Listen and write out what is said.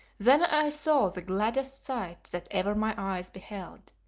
then i saw the gladdest sight that ever my eyes beheld,